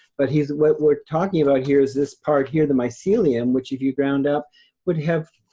but here's, what we're talking about here is this part here, the mycelium, which if you ground up would have,